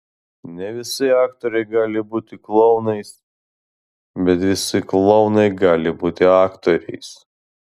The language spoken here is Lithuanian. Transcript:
ne visi aktoriai gali būti klounais bet visi klounai gali būti aktoriais